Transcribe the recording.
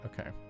Okay